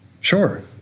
Sure